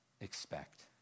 expect